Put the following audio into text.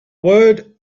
word